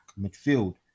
midfield